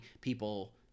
people